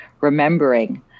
remembering